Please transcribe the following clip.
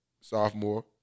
sophomore